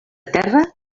terra